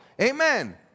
Amen